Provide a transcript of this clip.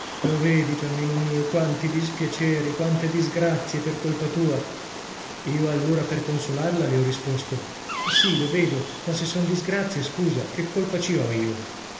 lo vedi giannino mio quanti dispiaceri quante disgrazie per colpa tua io allora per consolarla le ho risposto sì lo vedo ma se son disgrazie scusa che colpa